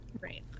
Right